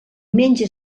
menja